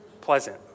pleasant